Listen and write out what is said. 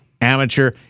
amateur